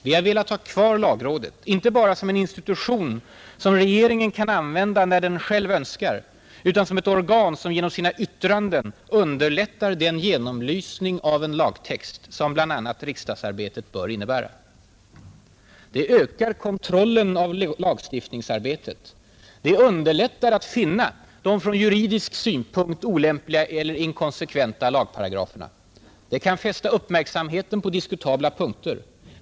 Vi har velat ha kvar lagrådet inte bara som en institution som regeringen kan använda när den själv önskar utan som ett organ som genom sina yttranden underlättar den genomlysning av en lagtext som bl.a. riksdagsarbetet bör innebära. Det ökar kontrollen av lagstiftningsarbetet. Det underlättar att finna från juridisk synpunkt olämpliga eller inkonsekventa lagparagrafer. Det kan fästa uppmärksamheten på diskutabla punkter.